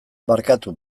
barkatu